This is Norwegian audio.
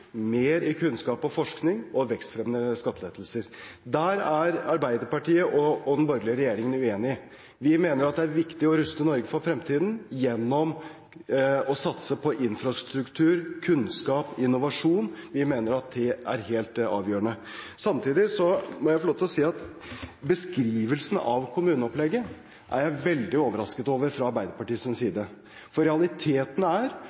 mer i infrastruktur, kunnskap, forskning og vekstfremmende skattelettelser. Der er Arbeiderpartiet og den borgerlige regjeringen uenige. Vi mener det er viktig å ruste Norge for fremtiden gjennom å satse på infrastruktur, kunnskap og innovasjon – vi mener det er helt avgjørende. Samtidig må jeg få lov til å si at jeg er veldig overrasket over beskrivelsen av kommuneopplegget fra Arbeiderpartiets side, for realiteten er